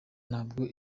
ntabwo